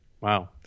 Wow